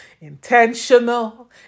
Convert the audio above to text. intentional